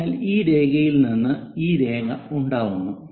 അതിനാൽ ഈ രേഖയിൽ നിന്ന് ഈ രേഖ ഉണ്ടാവുന്നു